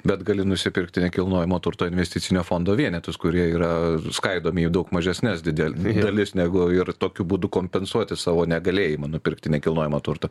bet gali nusipirkti nekilnojamo turto investicinio fondo vienetus kurie yra skaidomi į daug mažesnes didel dalis negu ir tokiu būdu kompensuoti savo negalėjimą nupirkti nekilnojamo turto